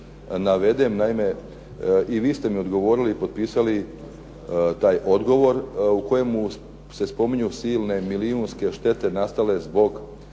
navedem, naime, i vi ste mi odgovorili i potpisali taj odgovor u kojemu se spominju silne milijunske štete nastale neću